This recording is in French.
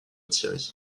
thierry